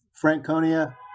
franconia